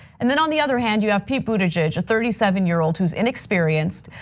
and then on the other hand you have pete buttigieg, a thirty seven year old who's inexperienced,